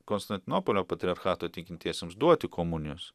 konstantinopolio patriarchato tikintiesiems duoti komunijos